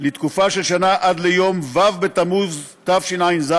לתקופה של שנה, עד יום ו' בתמוז תשע"ז,